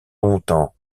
longtemps